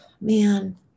Man